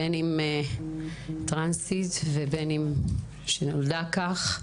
בין אם טרנסית ובין שנולדה כך,